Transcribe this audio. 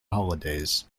holidays